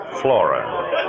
Flora